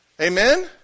Amen